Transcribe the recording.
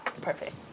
Perfect